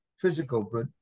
physical